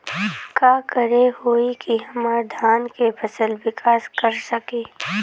का करे होई की हमार धान के फसल विकास कर सके?